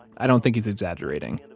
i don't think he's exaggerating.